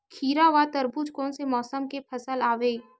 खीरा व तरबुज कोन से मौसम के फसल आवेय?